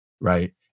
right